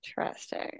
Interesting